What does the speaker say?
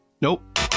Nope